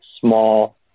small